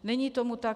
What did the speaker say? Není tomu tak.